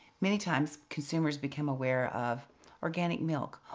many times consumers become aware of organic milk,